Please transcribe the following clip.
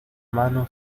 mano